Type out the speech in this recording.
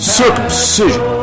circumcision